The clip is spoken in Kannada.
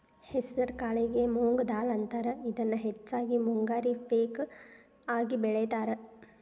ಹೆಸರಕಾಳಿಗೆ ಮೊಂಗ್ ದಾಲ್ ಅಂತಾರ, ಇದನ್ನ ಹೆಚ್ಚಾಗಿ ಮುಂಗಾರಿ ಪೇಕ ಆಗಿ ಬೆಳೇತಾರ